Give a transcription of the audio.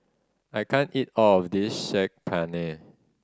I can't eat all of this Saag Paneer